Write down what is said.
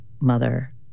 mother